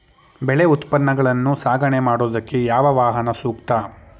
ಬೆಳೆ ಉತ್ಪನ್ನಗಳನ್ನು ಸಾಗಣೆ ಮಾಡೋದಕ್ಕೆ ಯಾವ ವಾಹನ ಸೂಕ್ತ?